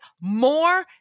More